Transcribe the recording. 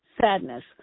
sadness